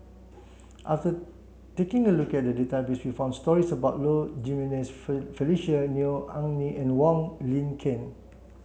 after taking a look at the database we found stories about Low Jimenez Felicia Neo Anngee and Wong Lin Ken